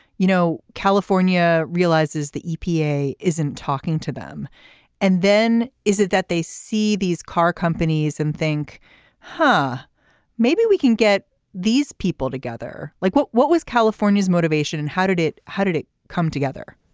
you know california realizes the epa isn't talking to them and then is it that they see these car companies and think huh maybe we can get these people together like what what was california's motivation and how did it how did it come together.